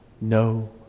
no